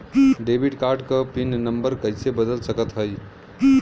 Debit card क PIN number कइसे बदल सकत हई?